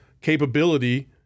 capability